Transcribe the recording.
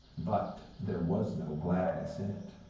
but there was no gladness in it.